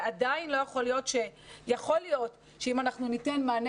ועדיין יכול להיות שאם אנחנו ניתן מענה